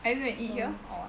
are you going to eat here or what